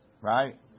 right